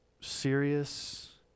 serious